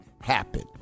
happen